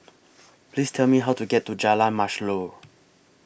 Please Tell Me How to get to Jalan Mashhor